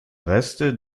reste